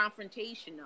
confrontational